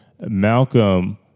Malcolm